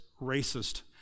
racist